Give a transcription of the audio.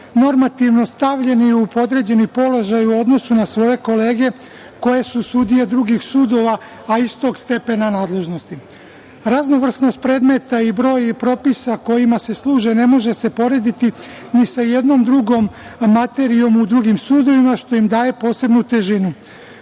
normativno stavljeni u podređeni položaj u odnosu na svoje kolege koje su sudije drugih sudova, a istog stepena nadležnosti. Raznovrsnost predmeta i broj propisa kojima se služe ne može se porediti ni sa jednom drugom materijom u drugim sudovima, što im daje posebnu težinu.